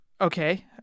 Okay